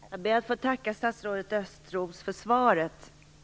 Herr talman! Jag ber att få tacka statsrådet Östros för svaret.